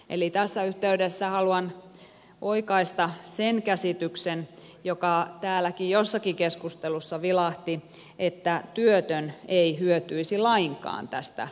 eli tässä yhteydessä haluan oikaista sen käsityksen joka täälläkin jossakin keskustelussa vilahti että työtön ei hyötyisi lainkaan tästä lapsilisävähennyksestä